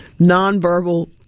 nonverbal